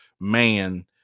man